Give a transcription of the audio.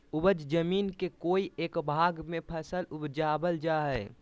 उपज जमीन के कोय एक भाग में फसल उपजाबल जा हइ